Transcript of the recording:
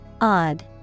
Odd